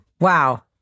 wow